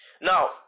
Now